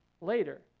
later